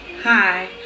hi